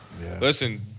Listen